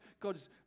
God's